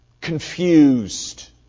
confused